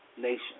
nation